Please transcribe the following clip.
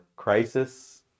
crisis